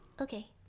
Okay